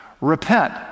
Repent